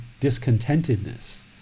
discontentedness